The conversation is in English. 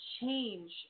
change